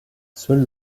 seule